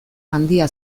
handia